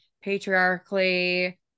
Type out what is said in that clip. patriarchally